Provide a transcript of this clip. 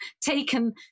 taken